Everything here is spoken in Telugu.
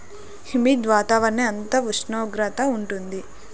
హ్యుమిడ్ వాతావరణం ఎంత ఉష్ణోగ్రత ఉంటుంది?